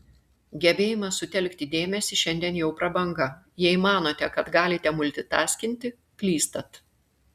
gebėjimas sutelkti dėmesį šiandien jau prabanga jei manote kad galite multitaskinti klystat